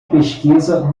pesquisa